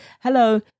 Hello